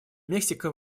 мексика